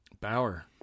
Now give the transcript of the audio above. Bauer